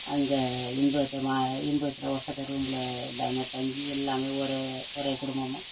அங்கே இன்பகத்தில் இன்பகத்தில் உசக்க ரூம்பில் எல்லாம் தங்கி எல்லோருமே ஒரே ஒரே குடும்பமாக